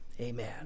Amen